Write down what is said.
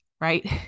right